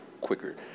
quicker